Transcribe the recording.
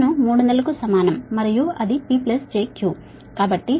ఇప్పుడు మొదట మీ S 300 కు సమానం మరియు అది P j Q